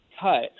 cut